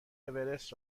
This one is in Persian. اورست